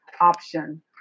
option